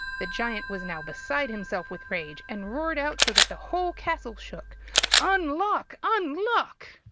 the giant was now beside himself with rage, and roared out so that the whole castle shook unlock! unlock!